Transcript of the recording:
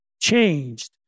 changed